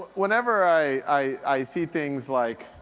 whenever i i see things like.